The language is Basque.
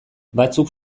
batzuk